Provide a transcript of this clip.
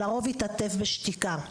לרוב התעטף בשתיקה.